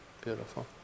beautiful